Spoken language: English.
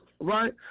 right